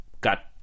got